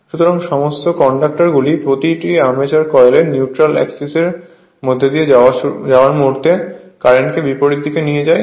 সুতরাং কমিউটার গুলি প্রতিটি আর্মেচার কয়েল নিউট্রাল অক্সিস এর মধ্যে দিয়ে যাওয়ার মুহূর্তে কারেন্টকে বিপরীত দিকে নিয়ে যায়